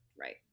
Right